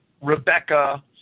Rebecca